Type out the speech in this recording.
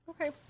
Okay